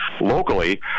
locally